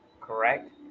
Correct